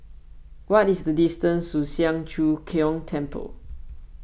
what is the distance to Siang Cho Keong Temple